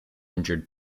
injured